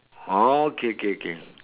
oh okay okay okay